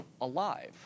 alive